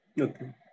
Okay